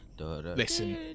Listen